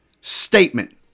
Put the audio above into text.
statement